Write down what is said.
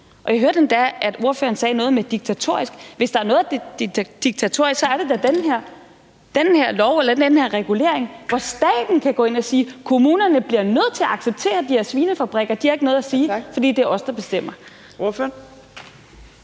Jeg hørte endda, at ordføreren sagde noget om noget diktatorisk, men hvis der er noget, der er diktatorisk, så er det da den her regulering, hvor staten kan gå ind og sige, at kommunerne bliver nødt til at acceptere de her svinefabrikker, og at de ikke har noget at sige, fordi det er staten, der bestemmer.